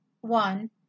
one